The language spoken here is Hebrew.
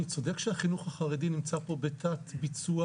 אני צודק שהחינוך החרדי נמצא פה בתת ביצוע,